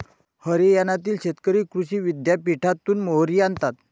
हरियाणातील शेतकरी कृषी विद्यापीठातून मोहरी आणतात